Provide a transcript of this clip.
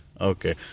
okay